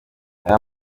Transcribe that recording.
aya